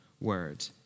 Word